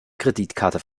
kreditkarte